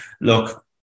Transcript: look